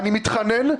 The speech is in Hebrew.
אני מתחנן,